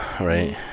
right